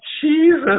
Jesus